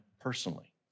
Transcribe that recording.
personally